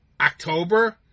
October